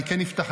אני כן אפתח,